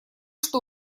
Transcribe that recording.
что